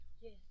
Yes